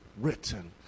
written